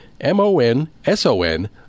M-O-N-S-O-N